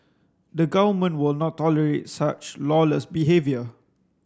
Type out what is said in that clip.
the Government will not tolerate such lawless behaviour